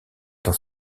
dans